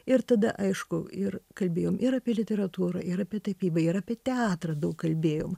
ir tada aišku ir kalbėjom ir apie literatūrą ir apie tapybą ir apie teatrą daug kalbėjom